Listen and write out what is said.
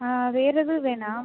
ஆ வேறு எதுவும் வேணா